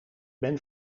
ben